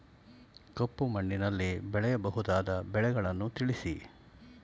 ಕಪ್ಪು ಮಣ್ಣಿನಲ್ಲಿ ಬೆಳೆಯಬಹುದಾದ ಬೆಳೆಗಳನ್ನು ತಿಳಿಸಿ?